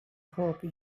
hope